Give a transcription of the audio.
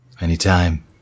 Anytime